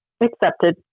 accepted